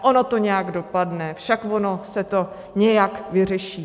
Ono to nějak dopadne, však ono se to nějak vyřeší.